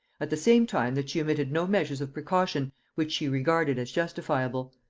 at the same time that she omitted no measures of precaution which she regarded as justifiable.